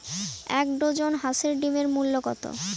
এক ডজন হাঁসের ডিমের মূল্য কত?